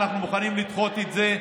אנחנו מוכנים לדחות את זה,